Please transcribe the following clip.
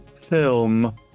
Film